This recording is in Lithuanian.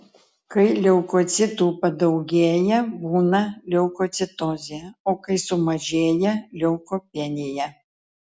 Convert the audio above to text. kai leukocitų padaugėja būna leukocitozė o kai sumažėja leukopenija